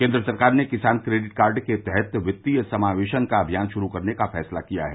केन्द्र सरकार ने किसान क्रेडिट कार्ड के तहत वित्तीय समावेशन का अभियान शुरू करने का फैसला किया है